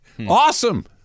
Awesome